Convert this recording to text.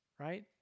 right